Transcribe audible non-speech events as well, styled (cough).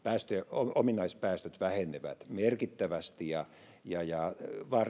ominaispäästöt vähenevät merkittävästi ja realiteetti ja tosiasia vaan (unintelligible)